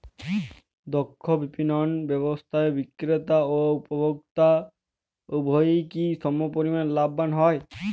দক্ষ বিপণন ব্যবস্থায় বিক্রেতা ও উপভোক্ত উভয়ই কি সমপরিমাণ লাভবান হয়?